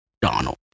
Donald